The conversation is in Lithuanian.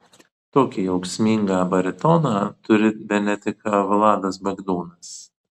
tokį jausmingą baritoną turi bene tik vladas bagdonas